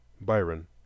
Byron